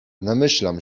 namyślam